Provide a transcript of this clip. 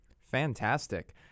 Fantastic